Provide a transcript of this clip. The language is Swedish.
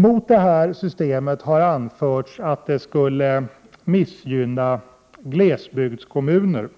Mot detta system har anförts att det skulle missgynna glesbygdskommuner.